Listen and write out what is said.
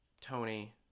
Tony